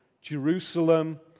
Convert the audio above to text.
Jerusalem